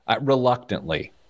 Reluctantly